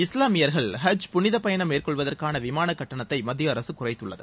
இஸ்லாமியர்கள் ஹஜ் புனித பயணம் மேற்கொள்வதற்கான விமான கட்டணத்தை மத்திய அரசு குறைத்துள்ளது